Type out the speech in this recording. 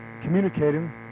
communicating